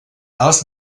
alts